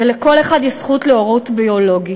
ולכל אחד יש זכות להורות ביולוגית,